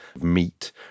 meat